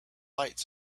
lights